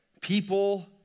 people